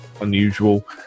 unusual